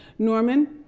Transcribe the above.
norman,